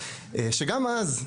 אבל שגם אז,